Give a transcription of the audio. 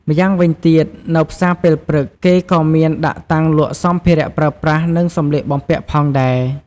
ម្យ៉ាងវិញទៀត នៅផ្សារពេលព្រឹក គេក៏មានដាក់តាំងលក់សម្ភារៈប្រើប្រាស់ និងសម្លៀកបំពាក់ផងដែរ។